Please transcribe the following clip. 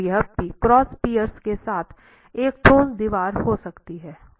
तो यह cross piers के साथ एक ठोस दीवार हो सकती है